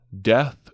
Death